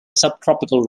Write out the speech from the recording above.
subtropical